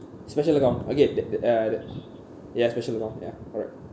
special account okay the the uh the ya special account ya correct